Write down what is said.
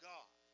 God